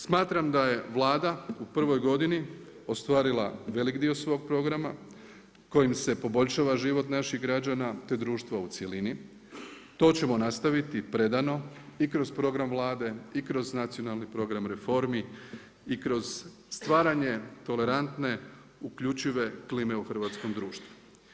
Smatram da je Vlada u prvoj godini i ostvarila veliki dio svog programa kojim se poboljšava život naših građana te društva u cjelini, to ćemo nastaviti predano i kroz program Vlade i kroz nacionalni program reformi i kroz stvaranje tolerantne, uključive klime u hrvatskom društvu.